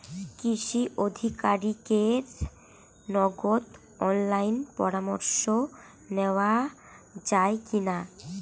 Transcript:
কৃষি আধিকারিকের নগদ অনলাইন পরামর্শ নেওয়া যায় কি না?